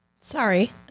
sorry